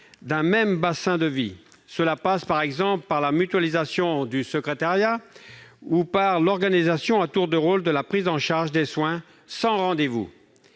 d'un même bassin de vie. Cela passe, par exemple, par la mutualisation du secrétariat ou par l'organisation à tour de rôle de la prise en charge des soins sans rendez-vous.